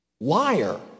liar